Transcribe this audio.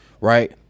Right